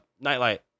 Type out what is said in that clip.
nightlight